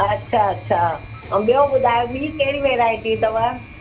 अछा अछा ऐं ॿियो ॿुधायो ॿी कहिड़ी वैराइटी अथव